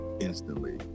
instantly